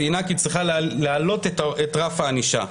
ציינה כי צריך להעלות את רף הענישה.